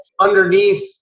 underneath